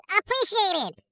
appreciated